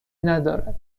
ندارد